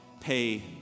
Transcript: pay